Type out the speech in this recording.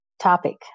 topic